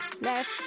Left